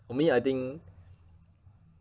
for me I think